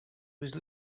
was